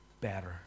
better